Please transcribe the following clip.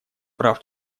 прав